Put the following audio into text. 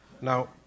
Now